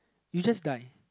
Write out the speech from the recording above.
you just die